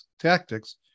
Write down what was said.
tactics